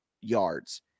yards